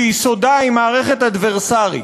ביסודה היא מערכת אדברסרית,